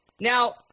Now